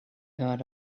heard